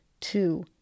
two